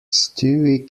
stewie